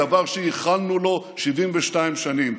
דבר שייחלנו לו 72 שנים,